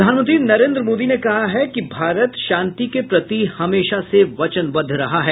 प्रधानमंत्री नरेन्द्र मोदी ने कहा है कि भारत शांति के प्रति हमेशा से वचनबद्व रहा है